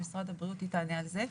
והיא תענה על זה.